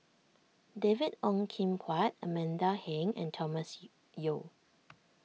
David Ong Kim Huat Amanda Heng and Thomas Yeo